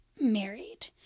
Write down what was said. married